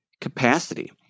capacity